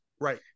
Right